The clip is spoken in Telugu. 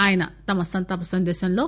ఆయన తమ సంతాపం సందేశంలో